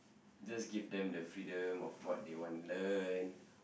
just give them the freedom of what they want to learn